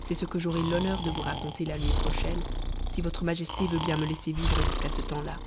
c'est ce que j'aurai l'honneur de vous raconter la nuit prochaine si votre majesté veut bien me laisser vivre jusqu'à ce temps-là